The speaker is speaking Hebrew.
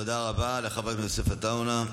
תודה רבה לחבר כנסת עטאונה.